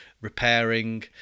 repairing